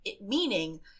Meaning